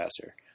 passer